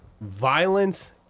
violence